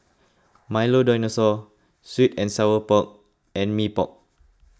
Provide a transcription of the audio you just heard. Milo Dinosaur Sweet and Sour Pork and Mee Pok